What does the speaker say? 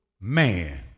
man